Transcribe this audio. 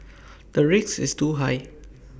the risk is too high